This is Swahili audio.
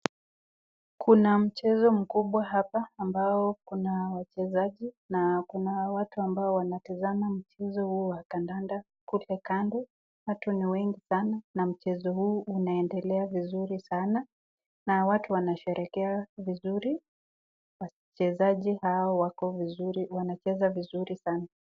Kuna mchezo mkubwa hapa ambao kuna wachezaji na kuna watu ambao wanatazama mchezo huo wa kandanda kule kando, watu ni wengi sana na mchezo huu inaendelea vizuri sana. Na watu wanasherekea vizuri, wachezaji hao wanacheza vizuri sana.